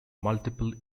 multiple